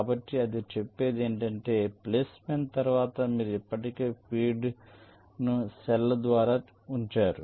కాబట్టి అది చెప్పేది ఏమిటంటే ప్లేస్మెంట్ తర్వాత మీరు ఇప్పటికే ఫీడ్ను కణాల ద్వారా ఉంచారు